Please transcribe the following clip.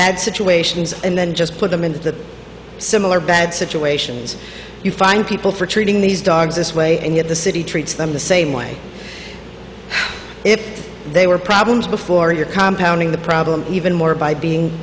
bad situations and then just put them in the similar bad situations you fine people for treating these dogs this way and yet the city treats them the same way if they were problems before your comp sounding the problem even more by being